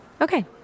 Okay